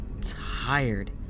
tired